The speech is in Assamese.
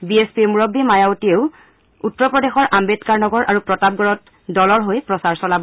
বি এছ পিৰ মুৰববী মায়াৱতীয়েও উত্তৰ প্ৰদেশৰ আম্বেদকাৰ নগৰ আৰু প্ৰতাপগড়ত দলৰ হকে প্ৰচাৰ চলাব